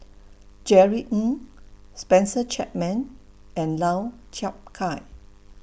Jerry Ng Spencer Chapman and Lau Chiap Khai